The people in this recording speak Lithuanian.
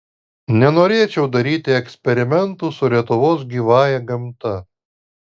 nenorėčiau daryti eksperimentų su lietuvos gyvąja gamta